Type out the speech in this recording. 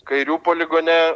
kairių poligone